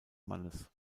mannes